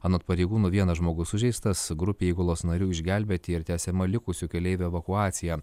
anot pareigūnų vienas žmogus sužeistas grupė įgulos narių išgelbėti ir tęsiama likusių keleivių evakuacija